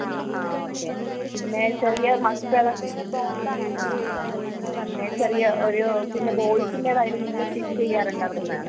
ആ ആ ഓക്കെ പിന്നെ ചെറിയ മക്കൾ ആ ആ പിന്നെ ചെറിയ ഒരു പിന്നെ ബോയ്സിൻ്റെതായിട്ട് നിങ്ങൾ സ്റ്റിച്ച് ചെയ്യാറുണ്ടോ അവിടുന്ന്